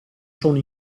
sono